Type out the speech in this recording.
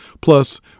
Plus